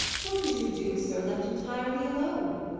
what could you do, sir, left entirely alone?